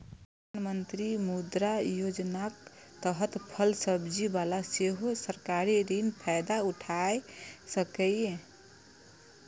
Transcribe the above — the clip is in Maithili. प्रधानमंत्री मुद्रा योजनाक तहत फल सब्जी बला सेहो सरकारी ऋणक फायदा उठा सकैए